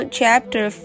Chapter